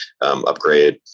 upgrade